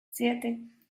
siete